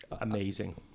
amazing